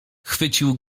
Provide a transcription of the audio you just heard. chwycił